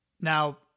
Now